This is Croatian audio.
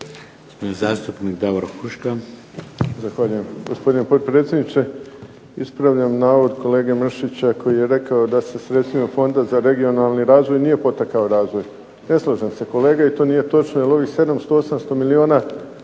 Huška. **Huška, Davor (HDZ)** Zahvaljujem gospodine potpredsjedniče. Ispravljam navod kolege Mršića koji je rekao da se sredstvima Fonda za regionalni razvoj nije potakao razvoj. Ne slažem se kolega i to nije točno jer ovih 700, 800 milijuna